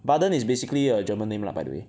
baden is basically a German name lah by the way